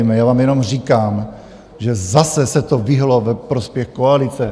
Já vám jenom říkám, že zase se to vyhnulo ve prospěch koalice.